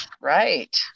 right